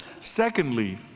Secondly